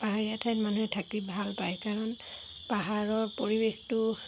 পাহাৰীয়া ঠাইত মানুহে থাকি ভাল পায় কাৰণ পাহাৰৰ পৰিৱেশটো